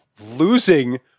losing